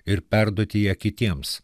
ir perduoti ją kitiems